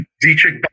Dietrich